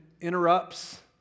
interrupts